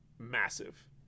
massive